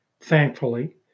thankfully